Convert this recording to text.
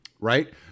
right